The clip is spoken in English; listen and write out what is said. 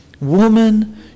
Woman